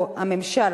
או הממשל,